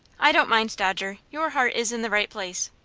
i don't mind, dodger your heart is in the right place.